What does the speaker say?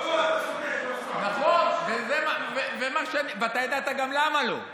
לא, לא, אתה צודק, נכון, ואתה ידעת גם למה לא.